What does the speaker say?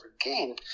again